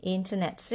Internet